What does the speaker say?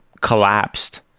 collapsed